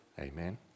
amen